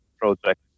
project